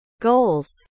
goals